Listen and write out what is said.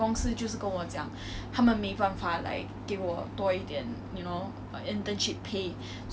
oh so will the school find you another internship or 你要自己找的